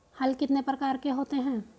हल कितने प्रकार के होते हैं?